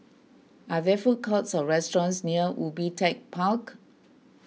are there food courts or restaurants near Ubi Tech Park